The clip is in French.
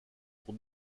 pour